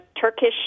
Turkish